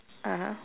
(uh huh)